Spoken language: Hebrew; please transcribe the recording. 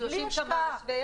30 קמ"ש.